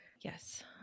Yes